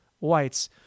whites